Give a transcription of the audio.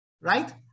right